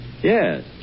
Yes